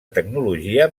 tecnologia